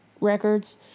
records